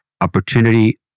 opportunity